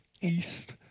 East